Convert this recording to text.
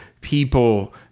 people